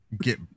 get